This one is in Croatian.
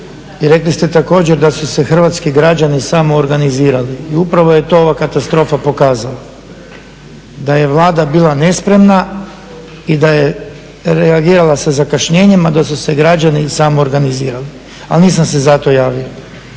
I rekli ste također da su se hrvatski građani samoorganizirali i upravo je to ova katastrofa pokazala, da je Vlada bila nespremna i da je reagirala sa zakašnjenjem, a da su se građani samoorganizirali. Ali nisam se zato javio.